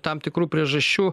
tam tikrų priežasčių